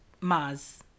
Maz